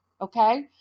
okay